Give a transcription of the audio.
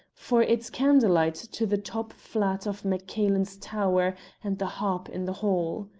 for it's candle-light to the top flat of maccailen's tower and the harp in the hall.